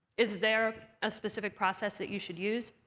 is there a specific process that you should use?